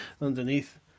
Underneath